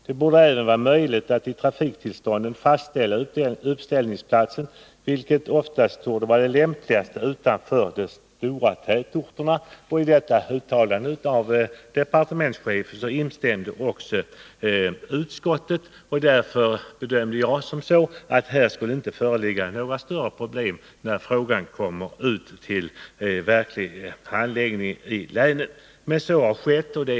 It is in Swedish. Det borde även vara möjligt att i trafiktillstånden fastställa uppställningsplatser, vilka det oftast torde vara mest lämpligt att inrätta utanför de stora tätorterna. I detta uttalande av Nr 46 departementschefen instämde också utskottet. Därför bedömde jag det så att Torsdagen den det nu inte skulle komma att föreligga några större problem i den faktiska 11 december 1980 handläggningen i länen, men så har inte blivit fallet.